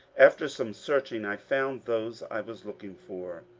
after some searching i found those i was looking for,